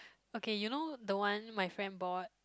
okay you know the one my friend bought